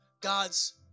God's